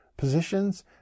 positions